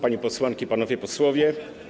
Panie Posłanki, Panowie Posłowie!